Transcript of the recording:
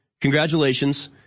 Congratulations